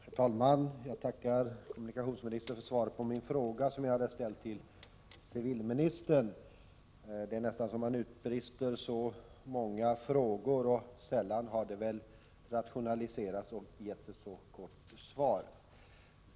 Herr talman! Jag tackar kommunikationsministern för svaret på min interpellation, som jag hade ställt till civilministern. Det är nästan så man utbrister: Så många frågor! Och sällan har det väl rationaliserats så mycket och getts ett så kort svar.